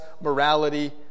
morality